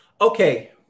Okay